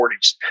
40s